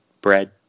bread